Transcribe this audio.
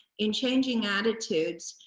in changing attitudes,